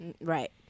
Right